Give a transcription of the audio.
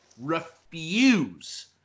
refuse